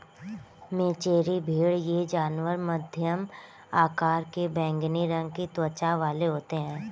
मेचेरी भेड़ ये जानवर मध्यम आकार के बैंगनी रंग की त्वचा वाले होते हैं